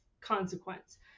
consequence